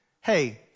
hey